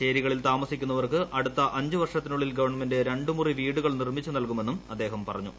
ചേരികളിൽ താമസിക്കുന്നവർക്ക് അടുത്ത അഞ്ച് വർഷത്തിനുള്ളിൽ ഗവൺമെന്റ് രണ്ടുമുറി വീടുകൾ നിർമ്മിച്ചു നൽകുമെന്നും അദ്ദേഹം പറഞ്ഞു